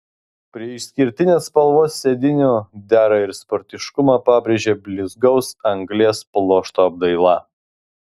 prie išskirtinės spalvos sėdynių dera ir sportiškumą pabrėžia blizgaus anglies pluošto apdaila